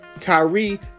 Kyrie